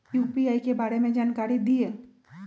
UPI के बारे में जानकारी दियौ?